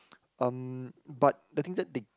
um but the things that they